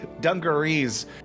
dungarees